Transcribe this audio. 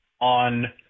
on